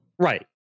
Right